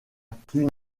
cluny